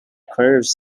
curves